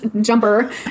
jumper